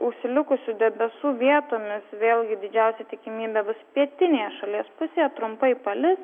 užsilikusių debesų vietomis vėlgi didžiausia tikimybė bus pietinėje šalies pusėje trumpai palis